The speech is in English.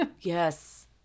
Yes